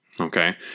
Okay